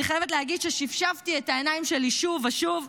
אני חייבת להגיד ששפשפתי את העיניים שלי שוב ושוב,